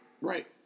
Right